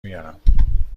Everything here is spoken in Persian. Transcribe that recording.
میارم